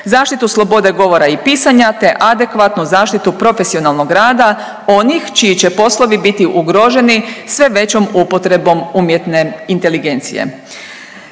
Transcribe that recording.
zaštitu slobode govora i pisanja, te adekvatnu zaštitu profesionalnog rada onih čiji će poslovi biti ugroženi sve većom upotrebom umjetne inteligencije.